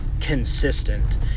consistent